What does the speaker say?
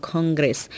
Congress